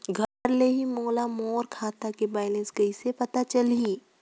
घर ले ही मोला मोर खाता के बैलेंस कइसे पता चलही?